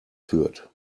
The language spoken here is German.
führt